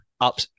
up